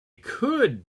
could